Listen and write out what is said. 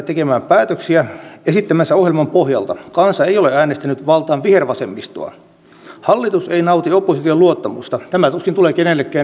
näettekö onko olemassa muita lainsäädäntötarpeita joita pitäisi pikaisesti pistää hankkeeksi ja toimeksi koska tämä turvallisuusympäristö on näin radikaalisti ja nopeasti muuttunut